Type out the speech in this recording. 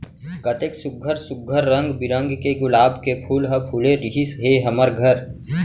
कतेक सुग्घर सुघ्घर रंग बिरंग के गुलाब के फूल ह फूले रिहिस हे हमर घर